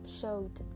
showed